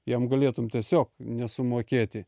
jam galėtum tiesiog nesumokėti